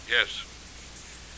yes